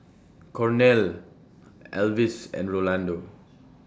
Cornel Alvis and Rolando